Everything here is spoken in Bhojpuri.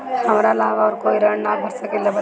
हमरा अलावा और कोई ऋण ना भर सकेला बताई?